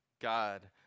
God